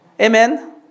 Amen